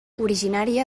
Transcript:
originària